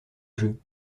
jeux